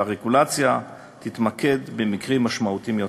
והרגולציה תתמקד במקרים משמעותיים יותר.